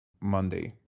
monday